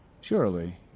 Surely